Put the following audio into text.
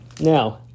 Now